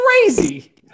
crazy